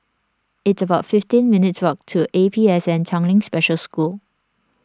it's about fifteen minutes' walk to APSN Tanglin Special School